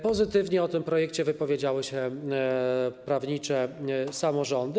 Pozytywnie o tym projekcie wypowiedziały się prawnicze samorządy.